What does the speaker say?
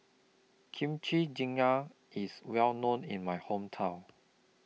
Kimchi Jjigae IS Well known in My Hometown